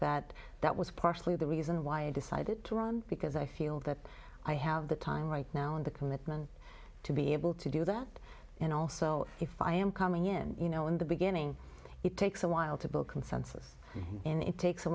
that that was partially the reason why i decided to run because i feel that i have the time right now and the commitment to be able to do that and also if i am coming in you know in the beginning it takes a while to build consensus and it takes a